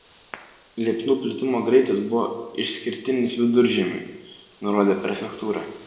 liepsnų plitimo greitis buvo išskirtinis viduržiemiui nurodė prefektūra